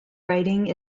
writing